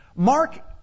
Mark